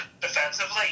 defensively